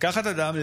לקחת אדם,